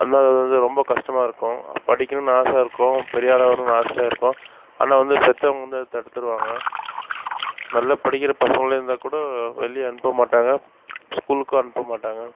அந்த இது ரொம்ப கஷ்டமாக இருக்கும் படிக்கணும்ன்னு ஆசை இருக்கும் பெரியாளாக வரணும்ன்னு ஆசை இருக்கும் ஆனால் வந்து பெற்றவுங்க வந்து அதை தடுத்துவிடுவாங்க நல்லா படிக்கிற பசங்களாக இருந்தால் கூட வெளியே அனுப்பமாட்டாங்க ஸ்கூலுக்கும் அனுப்பமாட்டாங்க